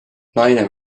naine